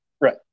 Right